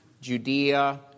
Judea